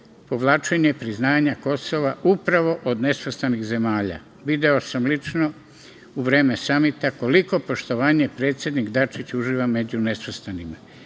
povlačenje priznanja Kosova upravo od nesvrstanih zemalja. Video sam lično u vreme samita koliko poštovanje predsednik Dačić uživa među nesvrstanima. Želim